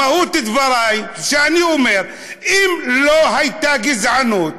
מהות דברי היא, אני אומר: אם לא הייתה גזענות,